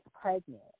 pregnant